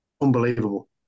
unbelievable